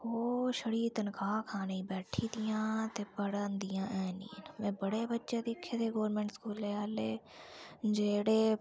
ओह् छड़ी तनखाह् खाने गी बैठी दियां ते पढ़ांदियां हैन्नी न में बड़े बच्चे दिक्खे दे गोरमैंट स्कूले आह्ले जेह्ड़े